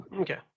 Okay